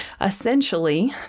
Essentially